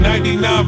99